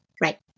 Right